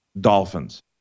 Dolphins